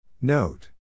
Note